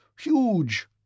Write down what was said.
huge